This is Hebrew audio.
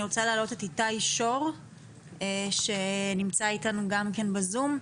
אני רוצה להעלות את איתי שור שנמצא אתנו גם כן בזום.